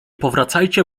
powracajcie